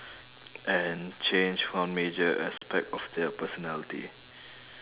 and change one major aspect of their personality